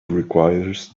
requires